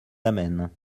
amène